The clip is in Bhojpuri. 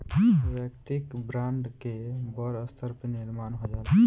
वैयक्तिक ब्रांड के बड़ स्तर पर निर्माण हो जाला